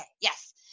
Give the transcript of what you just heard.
yes